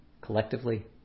collectively